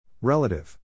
Relative